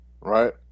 right